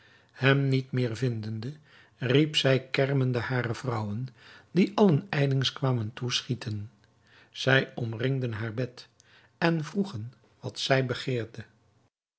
hem niet meer vindende riep zij kermende hare vrouwen die allen ijlings kwamen toeschieten zij omringden haar bed en vroegen wat zij begeerde